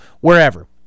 wherever